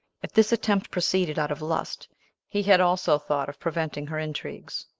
if this attempt proceeded out of lust he had also thought of preventing her intrigues,